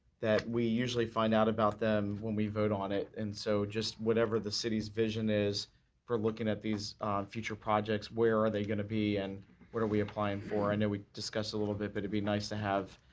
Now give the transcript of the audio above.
that we usually find out about them when we vote on it, and so just whatever the city's vision is for looking at these future projects, where are they going to be and what are we applying for. i know we discussed a little bit, but it would be nice to have